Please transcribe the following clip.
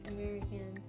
American